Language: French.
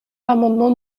l’amendement